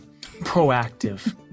proactive